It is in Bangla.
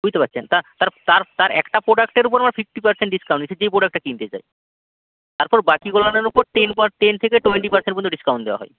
বুঝতে পারছেন তা তার তার তার একটা প্রোডাক্টের উপর আমরা ফিফটি পারসেন্ট ডিসকাউন্ট যে সে যে প্রোডাক্টটা কিনতে চায় তারপর বাকিগুলোর উপর টেন পার টেন থেকে টোয়েন্টি পারসেন্ট পর্যন্ত ডিসকাউন্ট দেওয়া হয়